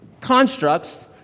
constructs